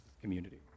community